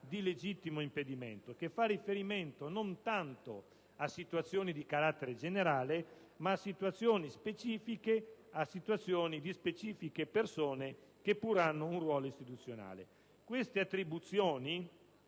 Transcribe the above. di legittimo impedimento che fa riferimento a situazioni non tanto di carattere generale bensì specifiche, a situazioni di specifiche persone che pure hanno un ruolo istituzionale. Dette attribuzioni